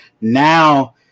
Now